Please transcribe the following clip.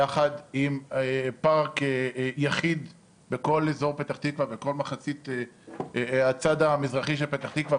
יחד עם פארק יחיד בכל אזור הצד המזרחי של פתח תקווה,